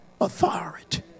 authority